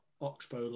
Oxbow